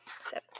seven